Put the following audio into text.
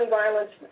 violence